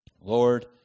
Lord